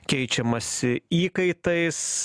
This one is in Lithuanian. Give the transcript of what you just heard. keičiamasi įkaitais